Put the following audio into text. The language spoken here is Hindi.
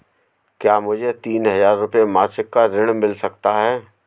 क्या मुझे तीन हज़ार रूपये मासिक का ऋण मिल सकता है?